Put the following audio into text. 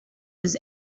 his